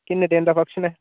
किन्ने दिन दा फंक्शन ऐ